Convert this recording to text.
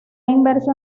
inmerso